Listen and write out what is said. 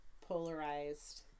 polarized